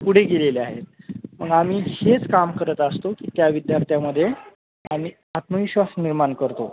पुढे गेलेले आहेत मग आम्ही हेच काम करत असतो की त्या विद्यार्थ्यामध्ये आम्ही आत्मविश्वास निर्माण करतो